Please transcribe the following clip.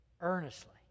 earnestly